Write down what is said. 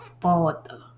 father